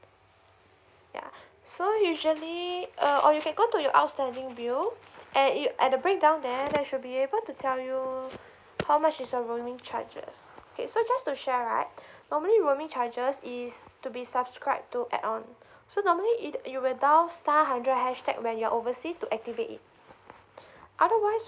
yeah so usually uh or you can go to your outstanding bill and it at the break down there there should be able to tell you how much is the roaming charges okay so just to share right normally roaming charges is to be subscribed to add on so normally it you will dial star hundred hashtag when you are oversea to activate it otherwise